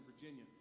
Virginia